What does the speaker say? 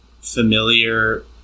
familiar